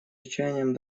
отчаянием